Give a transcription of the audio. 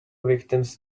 victims